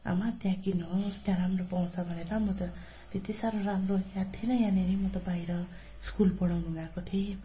आमा त्यहाँ किन्नुहोस् त्यहाँ राम्रो पाउँछ भनेर म त त्यति साह्रो राम्रो याद थिएन यहाँनेरि म त बाहिर स्कुल पढाउनु गएको थिएँ